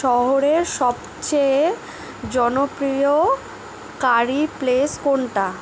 শহরের সবচেয়ে জনপ্রিয় কারি প্লেস কোনটা